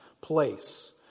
place